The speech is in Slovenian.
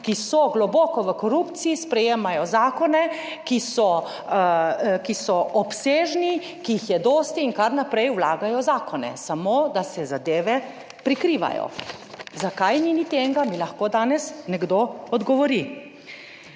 ki so globoko v korupciji sprejemajo zakone, ki so obsežni, ki jih je dosti in kar naprej vlagajo zakone samo, da se zadeve prikrivajo. Zakaj ni niti enega? Mi lahko danes nekdo odgovori.